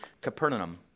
Capernaum